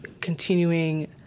continuing